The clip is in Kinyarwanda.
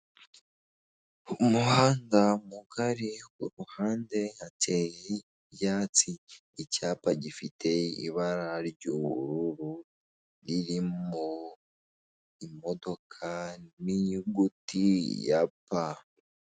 Umuhanda mugari kuruhande hateye ibyatsi ,icyapa gifite ibara ry'ubururu, ririmo imodoka n'imyuguti ya p.